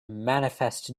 manifest